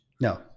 No